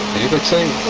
to two